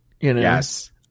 Yes